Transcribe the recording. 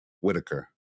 Whitaker